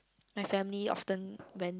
my family often went